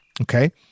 Okay